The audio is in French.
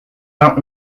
vingt